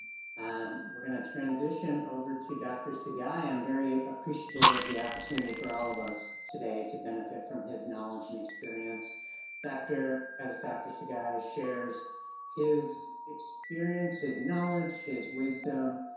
and gonna transition over to doctor sugai. i'm very appreciative of the opportunity for all of us today to benefit from his knowledge and experience doctor as doctors sugai shares his experience, his knowledge, his wisdom